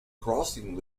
crossing